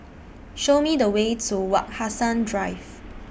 Show Me The Way to Wak Hassan Drive